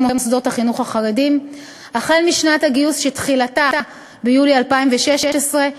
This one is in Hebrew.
מוסדות החינוך החרדיים החל משנת הגיוס שתחילתה ביולי 2016,